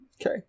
Okay